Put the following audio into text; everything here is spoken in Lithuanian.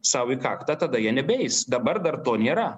sau į kaktą tada jie nebeis dabar dar to nėra